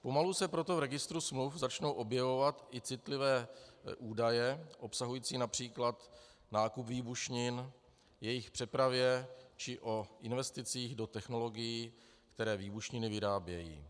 Pomalu se proto v registru smluv začnou objevovat i citlivé údaje obsahující např. nákup výbušnin, o jejich přepravě či o investicích do technologií, které výbušniny vyrábějí.